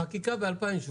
החקיקה ב-2017,